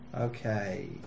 Okay